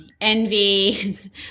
Envy